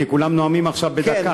כי כולם נואמים עכשיו בדקה.